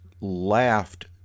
laughed